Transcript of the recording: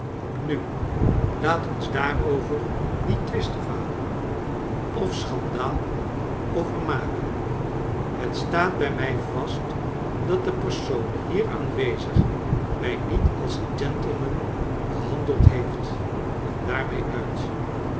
nu laat ons daarover niet twisten vader of schandaal over maken het staat bij mij vast dat de persoon hier aanwezig mij niet als een gentleman behandeld heeft en daarmee uit